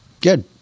Good